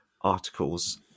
articles